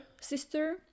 sister